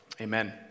Amen